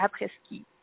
après-ski